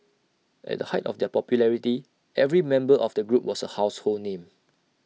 at the height of their popularity every member of the group was A household name